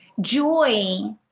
Joy